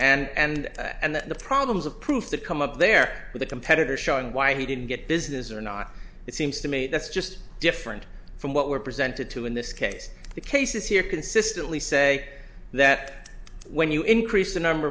and and that the problems of proof that come up there with a competitor showing why he didn't get business or not it seems to me that's just different from what we're presented to in this case the cases here consistently say that when you increase the number